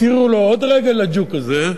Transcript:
הסירו לו עוד רגל, לג'וק הזה,